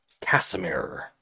Casimir